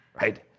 right